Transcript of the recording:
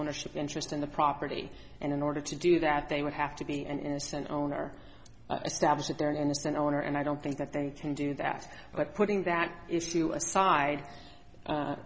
ownership interest in the property and in order to do that they would have to be an innocent owner stabs at their innocent owner and i don't think that they can do that but putting that issue aside